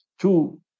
Two